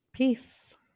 Peace